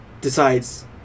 decides